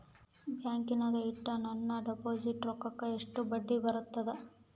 ಬ್ಯಾಂಕಿನಾಗ ಇಟ್ಟ ನನ್ನ ಡಿಪಾಸಿಟ್ ರೊಕ್ಕಕ್ಕ ಎಷ್ಟು ಬಡ್ಡಿ ಬರ್ತದ?